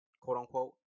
quote-unquote